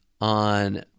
on